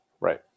Right